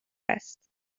است